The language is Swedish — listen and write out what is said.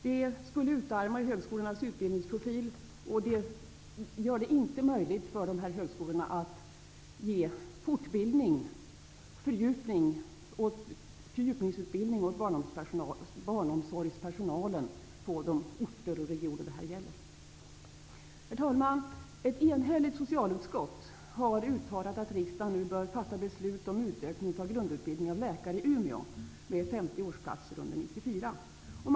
Det skulle utarma högskolornas utbildningsprofil och omöjliggöra för dem att ge fortbildning och fördjupningsutbildning åt barnomsorgspersonalen på de orter det här gäller. Herr talman! Ett enhälligt socialutskott har uttalat att riksdagen nu bör fatta beslut om en utökning av grundutbildningen av läkare i Umeå med 50 årsplatser under 1994.